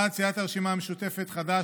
1. סיעת הרשימה המשותפת חד"ש,